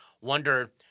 wonder